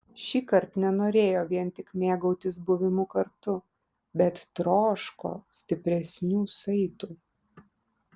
šįkart nenorėjo vien tik mėgautis buvimu kartu bet troško stipresnių saitų